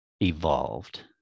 evolved